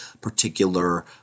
particular